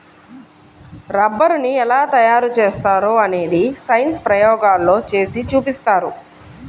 రబ్బరుని ఎలా తయారు చేస్తారో అనేది సైన్స్ ప్రయోగాల్లో చేసి చూపిస్తారు